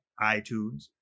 iTunes